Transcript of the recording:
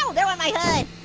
so there went my hood.